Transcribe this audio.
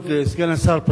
כבוד סגן השר,